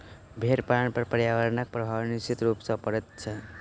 भेंड़ पालन पर पर्यावरणक प्रभाव निश्चित रूप सॅ पड़ैत छै